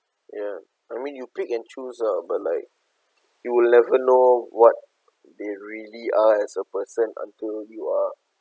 ya I mean you pick and choose ah but like you will never know what they really are as a person until you are